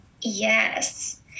yes